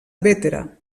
bétera